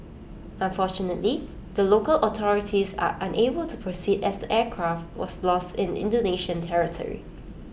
unfortunately the local authorities are unable to proceed as the aircraft was lost in Indonesia territory